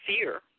fear